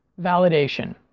validation